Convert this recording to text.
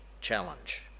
challenge